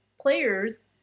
players